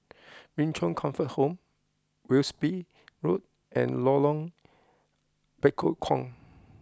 Min Chong Comfort Home Wilby Road and Lorong Bekukong